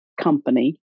company